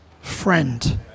friend